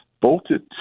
bolted